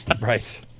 Right